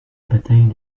bataille